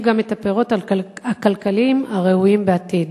גם את הפירות הכלכליים הראויים בעתיד".